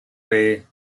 ray